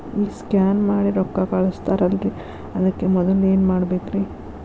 ಈ ಸ್ಕ್ಯಾನ್ ಮಾಡಿ ರೊಕ್ಕ ಕಳಸ್ತಾರಲ್ರಿ ಅದಕ್ಕೆ ಮೊದಲ ಏನ್ ಮಾಡ್ಬೇಕ್ರಿ?